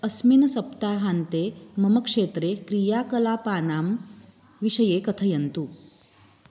अस्मिन् सप्ताहान्ते मम क्षेत्रे क्रियाकलापानां विषये कथयन्तु